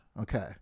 Okay